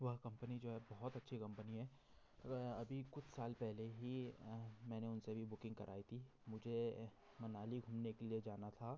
वह कंपनी जो है बहुत अच्छी कंपनी है अभी कुछ साल पहले ही मैंने उन से भी बुकिंग कराई थी मुझे मनाली घूमने के लिए जाना था